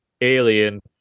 Alien